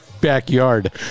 backyard